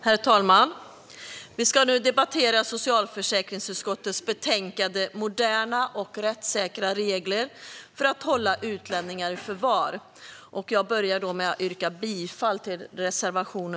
Herr talman! Vi ska nu debattera socialförsäkringsutskottets betänkande Moderna och rättssäkra regler för att hålla utlänningar i förvar . Jag börjar med att yrka bifall till reservation nr 1.